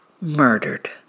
murdered